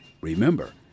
Remember